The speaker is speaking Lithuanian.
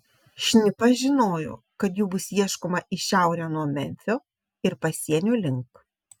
šnipas žinojo kad jų bus ieškoma į šiaurę nuo memfio ir pasienio link